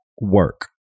work